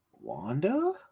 Wanda